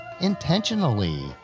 intentionally